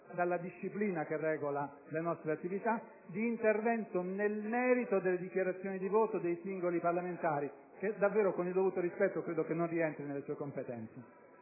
dalla disciplina che regola le nostre attività, di intervento nel merito delle dichiarazioni di voto dei singoli parlamentari, che davvero, col dovuto rispetto, credo non rientri nelle sue prerogative.